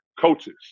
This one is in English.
coaches